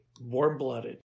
warm-blooded